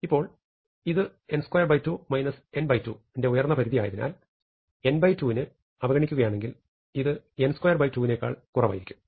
ഇപ്പോൾ ഇത് n22 n2 ന്റെ ഉയർന്നപരിധി ആയതിനാൽ n2 നെ അവഗണിക്കുകയാണെങ്കിൽ ഇത് n22 നേക്കാൾ കുറവായിരിക്കും